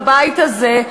בבית הזה,